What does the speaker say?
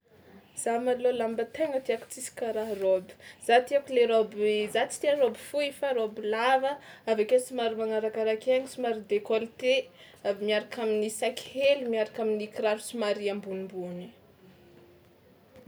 Za malôha lamba tegna tiàko tsisy karaha raoby, za tiako le raoby za tsy tia raoby fohy fa raoby lava, avy akeo somary magnarakaraky aigny somary décolleté avy miaraka amin'ny sac hely miaraka amin'ny kiraro somary ambonimbony.